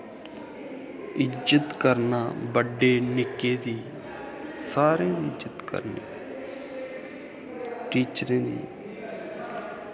इज्जत करना बड्डे निक्के दी सारें दी इज्जत करना टीचरें दी